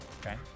Okay